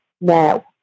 now